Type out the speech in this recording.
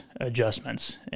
adjustments